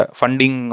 funding